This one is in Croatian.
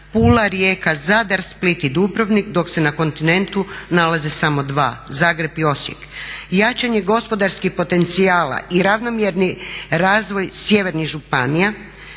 Pula, Rijeka, Zadar, Split i Dubrovnik dok se na kontinentu nalaze samo 2 Zagreb i Osijek. Jačanje gospodarskih potencijala i ravnomjerni razvoj sjevernih županija,